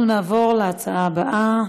נעבור לנושא הבא,